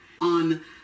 on